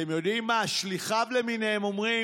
ואתם יודעים מה, שליחיו למיניהם, אומרים: